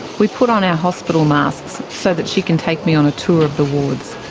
we put on our hospital masks so that she can take me on a tour of the wards.